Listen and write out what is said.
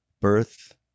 birth